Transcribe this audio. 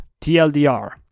TLDR